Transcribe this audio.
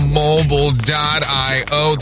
mobile.io